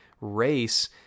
race